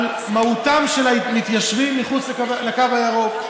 על מהותם של המתיישבים מחוץ לקו הירוק.